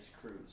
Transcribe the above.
cruise